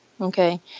okay